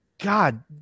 god